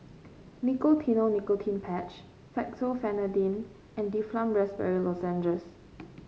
Nicotinell Nicotine Patch Fexofenadine and Difflam Raspberry Lozenges